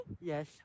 Yes